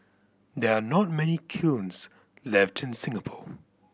there are not many kilns left in Singapore